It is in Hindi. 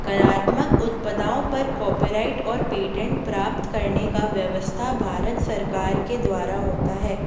कलात्मक उत्पादों पर कॉपीराइट और पेटेंट प्राप्त करने की व्यवस्था भारत सरकार के द्वारा होती है